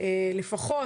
לפחות